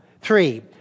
Three